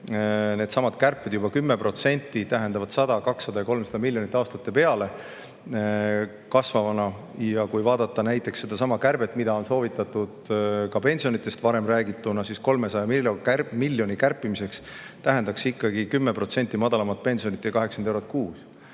Needsamad kärped, see 10% tähendab 100, 200 ja 300 miljonit aastate peale kasvavana. Kui vaadata näiteks sedasama kärbet, mida on soovitatud ka varem pensionidest rääkides, siis 300 miljoni kärpimine tähendaks ikkagi 10% madalamat pensioni, 80 eurot kuus.